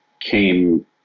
came